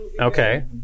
Okay